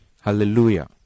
Hallelujah